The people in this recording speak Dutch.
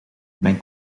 mijn